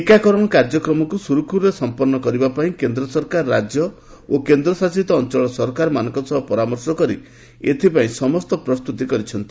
ଟିକାକରଣ କାର୍ଯ୍ୟକ୍ରମକୁ ସୁରୁଖୁରୁରେ ସମ୍ପନ୍ନ କରିବାପାଇଁ କେନ୍ଦ୍ର ସରକାର ରାଜ୍ୟ ଓ କେନ୍ଦ୍ରଶାସିତ ଅଞ୍ଚଳ ସରକାରମାନଙ୍କ ସହ ପରାମର୍ଶ କରି ଏଥିପାଇଁ ସମସ୍ତ ପ୍ରସ୍ତୁତି କରିଛନ୍ତି